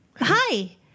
hi